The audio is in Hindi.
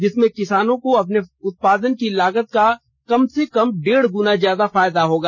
जिसमें किसानों को अपने उत्पादन की लागत का कम से कम डेढ़ गुना ज्यादा फायदा होगा